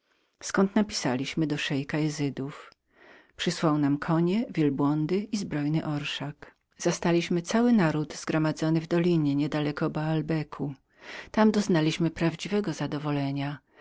zkąd napisaliśmy do szeika izydów przysłał nam konie wielbłądy i zbrojny orszak zastaliśmy cały naród zgromadzony w dolinie niedaleko balbeku tam doznaliśmy prawdziwego zadowolenia